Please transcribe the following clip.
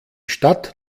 stadt